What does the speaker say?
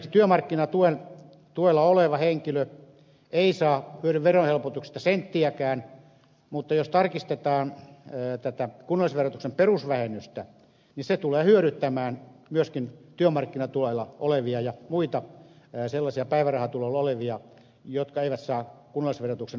esimerkiksi työmarkkinatuella oleva henkilö ei hyödy verohelpotuksista senttiäkään mutta jos tarkistetaan kunnallisverotuksen perusvähennystä se tulee hyödyttämään myöskin työmarkkinatuella olevia ja muita sellaisia päivärahatuloilla olevia jotka eivät saa kunnallisverotuksen ansiotulovähennystä